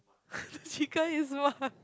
the chicken is smart